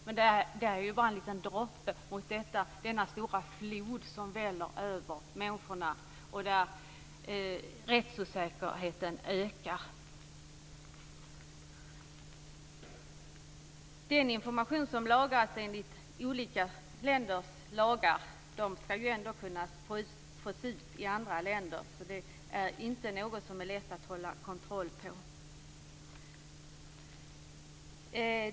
Men det är ju bara en liten droppe jämfört med den stora flod som väller över människorna. Rättsosäkerheten ökar. Den information som lagras enligt olika länders lagar skall gå att få ut i andra länder. Det är inte något som är lätt att hålla kontroll på.